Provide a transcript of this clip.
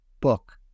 book